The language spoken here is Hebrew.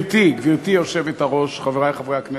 גברתי היושבת-ראש, חברי חברי הכנסת,